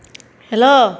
hello